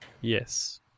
Yes